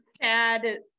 sad